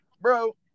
bro